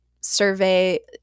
survey